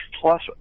plus